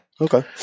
Okay